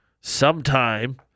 sometime